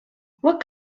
what